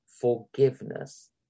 forgiveness